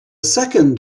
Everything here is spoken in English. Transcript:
second